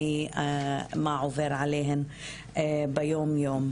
ומה עובר עליהן ביום-יום.